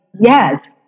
yes